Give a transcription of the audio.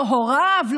לא הוריו,